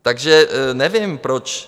Takže nevím proč.